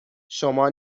شما